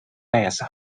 base